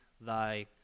thy